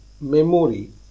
memory